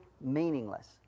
meaningless